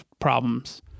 problems